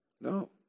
No